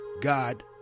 God